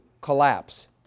collapse